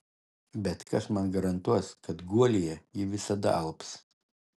bet kas man garantuos kad guolyje ji visada alps